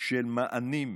של מענים,